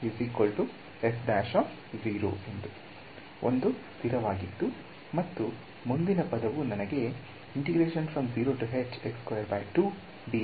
ಒಂದು ಸ್ಥಿರ ವಾಗಿದ್ದು ಮತ್ತು ಮುಂದಿನ ಪದವು ನನಗೆ ಕೊಡಲಿದೆ